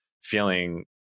feeling